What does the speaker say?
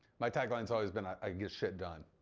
my tagline's always been i get shit done.